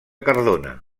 cardona